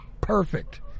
perfect